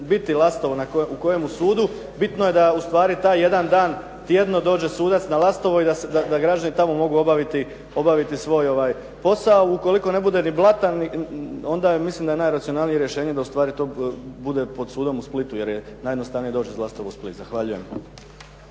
biti Lastovo u kojemu sudu, bitno je da u stvari taj jedan dan tjedno dođe sudac na Lastovo i da građani tamo mogu obaviti svoj posao. Ukoliko ne bude ni Blata onda mislim da je najracionalnije rješenje da u stvari to bude pod sudom u Splitu, jer je najjednostavnije doći iz Lastova u Split. Zahvaljujem.